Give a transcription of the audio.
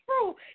true